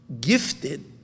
gifted